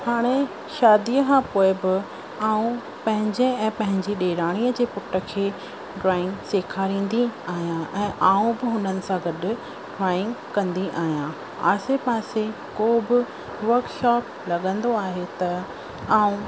हाणे शादीअ खां पोइ बि ऐं पंहिंजे ऐं पंहिंजी ॾेराणीअ जे पुट खे ड्रॉइंग सेखारंदी आहियां ऐं आउं बि हुननि सां गॾु ड्रॉइंग कंदी आहियां आसे पासे को बि वर्कशॉप लॻंदो आहे त ऐं